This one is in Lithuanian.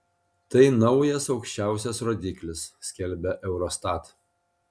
tai naujas aukščiausias rodiklis skelbia eurostat